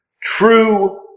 True